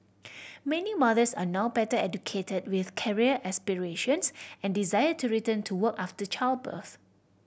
many mothers are now better educated with career aspirations and desire to return to work after childbirth